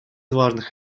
важных